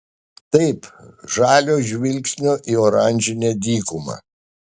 taip žalio žvilgsnio į oranžinę dykumą